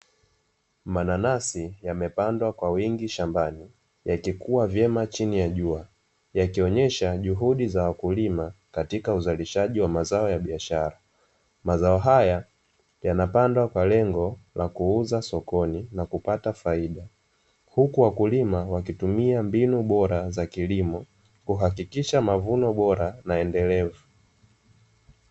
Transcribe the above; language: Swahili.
Mananasi yamepandwa kwa wingi shambani, yakikuwa vyema chini ya jua, yakionyesha juhudi za wakulima katika uzalishaji wa mazao ya biashara. Mazao haya yanapandwa kwa lengo la kuuza sokoni, na kupata faida. Huku wakulima wakitumia mbinu bora za kilimo, kuhakikisha mavuno bora na endelevu.